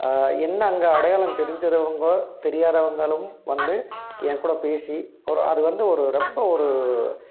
என்ன அங்கே அடையாளம் தெரிஞ்சவங்கோ தெரியாதவர்களும் வந்து எங்கூட பேசி ஒரு அது வந்து ஒரு ரொம்ப ஒரு